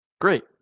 Great